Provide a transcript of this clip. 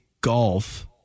golf